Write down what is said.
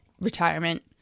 retirement